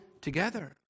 together